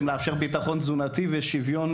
צריך לאפשר ביטחון תזונתי ושוויון